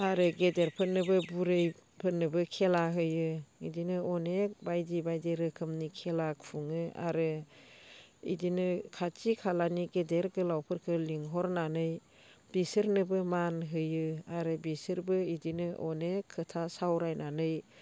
आरो गेदेरफोरनोबो बुरैफोरनोबो खेला होयो बिदिनो अनेक बायदि बायदि रोखोमनि खेला खुङो आरो बिदिनो खाथि खालानि गेदेर गोलावफोरखौ लिंहरनानै बिसोरनोबो मान होयो आरो बिसोरबो बिदिनो अनेक खोथा सावरायनानै